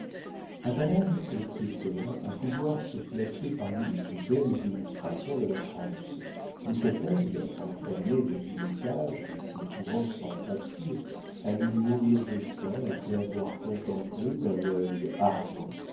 résultat athanase était homme à pouvoir se placer parmi les plus belles illustrations de la france mais cet aigle enfermé dans une cage et s'y trouvant sans pâture allait mourir de faim après avoir contemplé d'un œil ardent